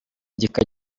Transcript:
gika